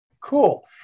Cool